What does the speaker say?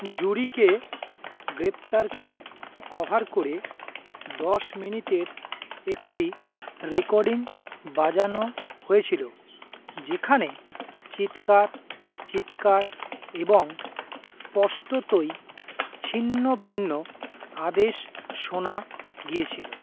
জুরিকে গ্রেপ্তারকে কভার করে দশ মিনিটের একটি রেকর্ডিং বাজানো হয়েছিল যেখানে চিৎকার চিৎকার এবং স্পষ্টতই ছিন্নভিন্ন আদেশ শোনা গিয়েছিল